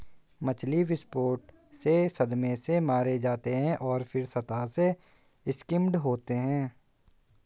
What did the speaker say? मछली विस्फोट से सदमे से मारे जाते हैं और फिर सतह से स्किम्ड होते हैं